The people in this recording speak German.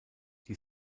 die